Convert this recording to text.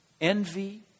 Envy